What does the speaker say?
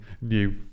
new